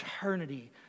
eternity